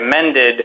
amended